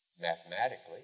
Mathematically